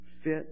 fit